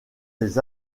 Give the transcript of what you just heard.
des